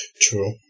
True